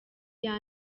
iya